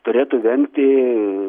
turėtų vengti